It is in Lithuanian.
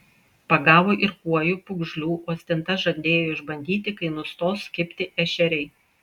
pagavo ir kuojų pūgžlių o stintas žadėjo išbandyti kai nustos kibti ešeriai